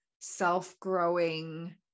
self-growing